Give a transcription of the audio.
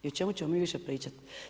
I o čemu ćemo mi više pričati?